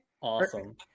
Awesome